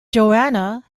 joanna